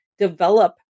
develop